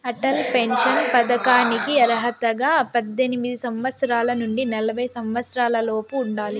Atal pension పథకానికి అర్హతగా పద్దెనిమిది సంవత్సరాల నుండి నలభై సంవత్సరాలలోపు ఉండాలి